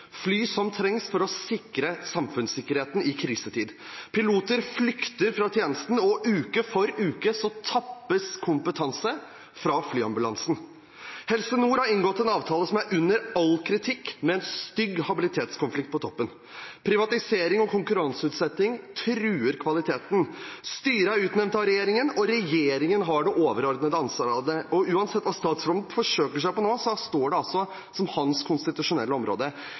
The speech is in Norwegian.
fly som trengs for å sikre samfunnssikkerheten i krisetid. Piloter flykter fra tjenesten, og uke for uke tappes kompetanse fra ambulanseflyene. Helse Nord har inngått en avtale som er under all kritikk, med en stygg habilitetskonflikt på toppen. Privatisering og konkurranseutsetting truer kvaliteten. Styret er utnevnt av regjeringen, og regjeringen har det overordnede ansvaret. Uansett hva statsråden forsøker seg på nå, står det altså som hans konstitusjonelle område.